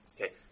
Okay